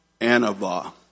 anava